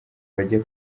bajya